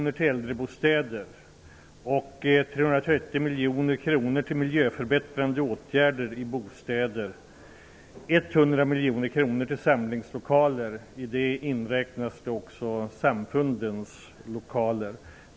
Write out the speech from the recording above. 100 miljoner kronor till samlingslokaler. I det inräknas då också samfundens lokaler.